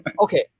Okay